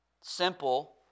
simple